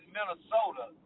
Minnesota